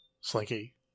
Slinky